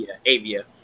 Avia